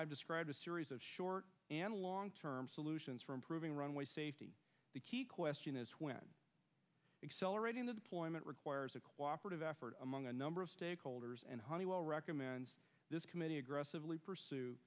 i've described a series of short and long term solutions for improving runway safety the key question is when celebrating the deployment requires a cooperative effort among a number of stakeholders and honeywell recommends this committee aggressively pursue